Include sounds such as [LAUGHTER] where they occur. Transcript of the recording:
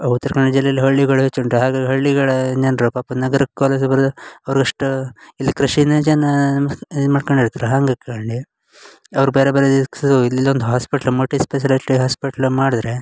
ಉತ್ರ ಕನ್ನಡ ಜಿಲ್ಲೆಯಾಲ್ಲಿ ಹಳ್ಳಿಗಳು ಹೆಚ್ಚು ಉಂಟು ಹಾಗಾಗಿ ಹಳ್ಳಿಗಳ ಜನರು ಪಾಪ ನಗರಕ್ಕೆ [UNINTELLIGIBLE] ಅವ್ರಷ್ಟು ಇಲ್ಲಿ ಕೃಷಿನೇ ಜನ [UNINTELLIGIBLE] ಇದು ಮಾಡ್ಕಂಡು ಇರ್ತ್ರು ಹಂಗೆ ಆಕಂಡು ಅವ್ರು ಬೇರೆ ಬೇರೆ [UNINTELLIGIBLE] ಇಲ್ಲೊಂದು ಹಾಸ್ಪಿಟ್ಲ್ ಮಲ್ಟಿಸ್ಪೆಸಲಿಟಿ ಹಾಸ್ಪಿಟ್ಲ್ ಮಾಡಿದರೆ